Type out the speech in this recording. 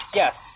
yes